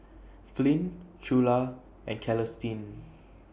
Flint Trula and Celestine